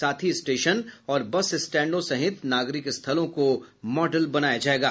साथ ही स्टेशन और बस स्टैंडों सहित नागरिक स्थलों को मॉडल बनाया जायेगा